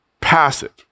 passive